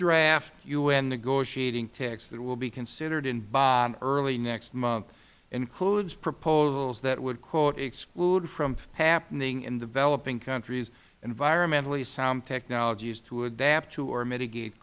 draft u n negotiating text that will be considered in bonn early next month includes proposals that would exclude from happening in developing countries environmentally sound technologies to adapt to or mitigate